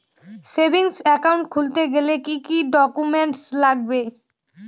Savings account খুলতে গেলে কি কি ডকুমেন্টস লাগবে?